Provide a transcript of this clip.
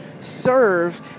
serve